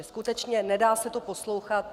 Skutečně, nedá se to poslouchat.